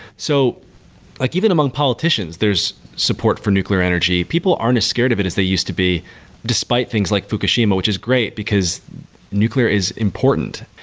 so like even among politicians, there's support for nuclear energy. people aren't scared of it as they used to be despite things like fukushima, which is great, because nuclear is important.